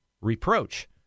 reproach